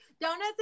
donuts